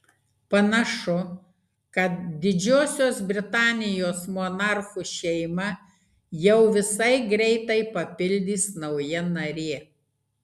panašu kad didžiosios britanijos monarchų šeimą jau visai greitai papildys nauja narė